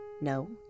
No